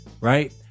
right